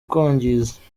kwangiza